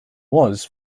was